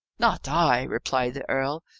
not i, replied the earl.